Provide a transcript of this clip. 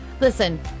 listen